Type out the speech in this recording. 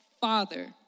Father